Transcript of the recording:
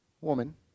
Woman